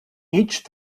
each